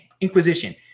inquisition